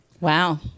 Wow